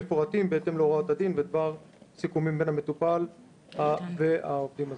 מפורטים בהתאם להוראות הדין ודבר סיכומים בין המטופל והעובדים הזרים.